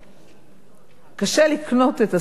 קשה לקנות את הספר שאני רוצה.